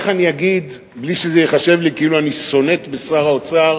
איך אני אגיד בלי שזה ייחשב לי כאילו אני סונט בשר האוצר,